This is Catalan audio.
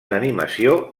animació